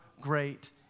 great